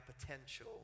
potential